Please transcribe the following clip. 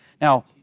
Now